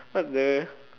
what the